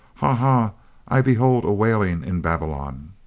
ha, ha i behold a wailing in babylon.